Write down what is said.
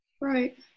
Right